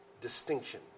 Distinction